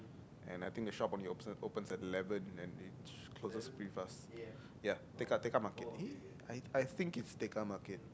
and I think the shop only opens opens at eleven and it closes pretty fast ya Tekka Tekka-Market eh I I think it's Tekka-Market